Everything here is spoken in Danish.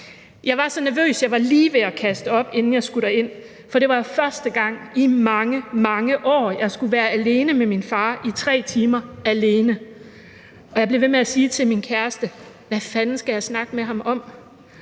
Jeg var så nervøs, at jeg var lige ved at kaste op, inden jeg skulle derind, for det var første gang i mange, mange år, at jeg skulle være alene med min far i 3 timer – alene. Og jeg blev ved med at sige til min kæreste: Hvad fanden skal jeg snakke med ham om?